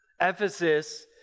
Ephesus